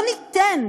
לא ניתן,